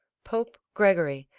pope gregory,